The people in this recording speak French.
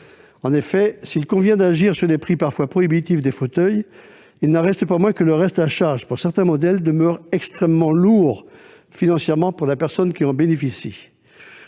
En effet, s'il convient d'agir sur les prix parfois prohibitifs des fauteuils, il n'en reste pas moins que le reste à charge financier pour certains modèles demeure extrêmement lourd pour le bénéficiaire.